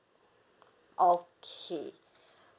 okay